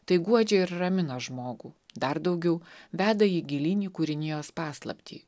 tai guodžia ir ramina žmogų dar daugiau veda jį gilyn į kūrinijos paslaptį